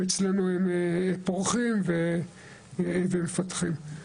ואצלנו הם פורחים ומפתחים.